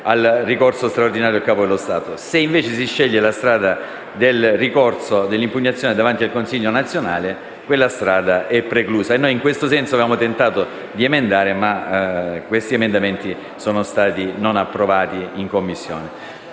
al ricorso straordinario al Capo dello Stato; se invece si sceglie la strada dell'impugnazione davanti al consiglio nazionale, quella strada è preclusa. Noi in questo senso avevamo tentato di emendare, ma gli emendamenti non sono stati approvati in Commissione.